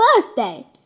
birthday